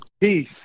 Peace